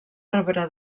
arbre